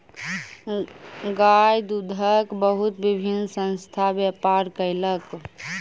गाय दूधक बहुत विभिन्न संस्थान व्यापार कयलक